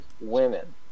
women